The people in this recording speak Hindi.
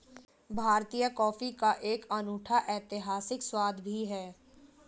भारतीय कॉफी का एक अनूठा ऐतिहासिक स्वाद भी है